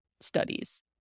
studies